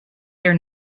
their